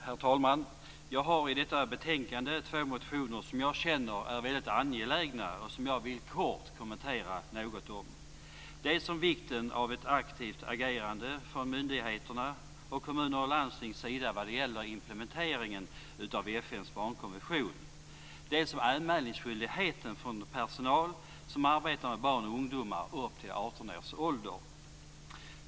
Herr talman! Jag har i detta betänkande två motioner som jag känner är väldigt angelägna och som jag kort vill kommentera något. Det handlar dels om vikten av ett aktivt agerande från myndigheternas och kommunernas och landstingens sida vad gäller implementeringen av FN:s barnkonvention, dels om anmälningsskyldigheten från personal som arbetar med barn och ungdomar upp till 18 års ålder.